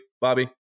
bobby